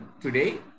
today